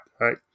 right